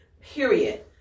period